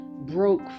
broke